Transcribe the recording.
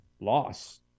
loss